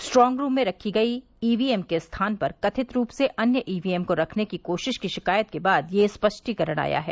strong room में रखी गई ई वी एम के स्थान पर कथित रूप से अन्य ई वी एम को रखने की कोशिश की शिकायत के बाद यह स्पष्टीकरण आया है